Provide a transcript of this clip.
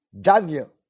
Daniel